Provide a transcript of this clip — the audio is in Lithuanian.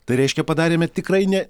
tai reiškia padarėme tikrai ne